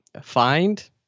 find